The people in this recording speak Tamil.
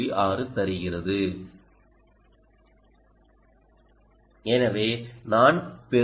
6 தருகிறது எனவே நான் பெறும் வெளியீடு 1